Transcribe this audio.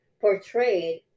portrayed